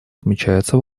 отмечается